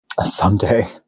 Someday